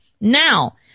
Now